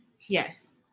yes